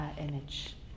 image